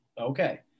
okay